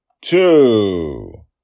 Two